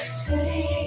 say